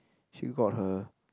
she got her